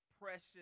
precious